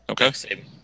Okay